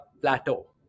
plateau